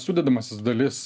sudedamąsias dalis